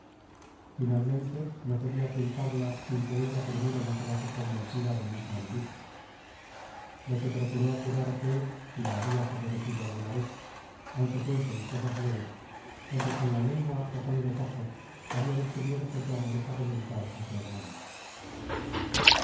finalmente no podia culparla sin que ella primero no quedase convencida del mismo delito lo que procuró apurar fué si la habia favorecido alguna vez aunque fuese en cosas leves ó si con la lengua ó con los ojos habia descubierto su amorosa voluntad á su hermano